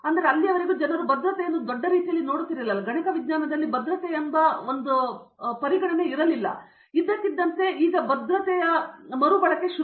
ಅಲ್ಲಿಯವರೆಗೂ ಜನರು ಭದ್ರತೆಯನ್ನು ದೊಡ್ಡ ರೀತಿಯಲ್ಲಿ ನೋಡುತ್ತಿರಲಿಲ್ಲ ಮತ್ತು ಇದ್ದಕ್ಕಿದ್ದಂತೆ ಈ ವಯಸ್ಸಾದವರಲ್ಲಿ ಒಂದು ಭದ್ರತೆ ಹೊಂದಿದ ಅಭ್ಯಾಸ ಮರುಬಳಕೆಯಾಗಬೇಕು